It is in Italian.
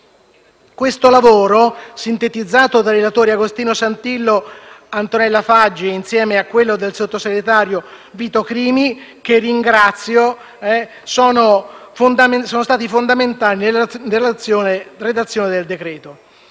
Questo lavoro, sintetizzato dai relatori Santillo e Faggi, insieme a quello del sottosegretario Vito Crimi, che ringrazio, sono stati fondamentali nella redazione del decreto-legge.